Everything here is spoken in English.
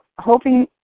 hoping